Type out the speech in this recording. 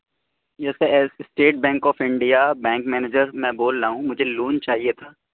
yes sir State Bank of India bank manager میں بول رہا ہوں مجھے لون چاہیے تھا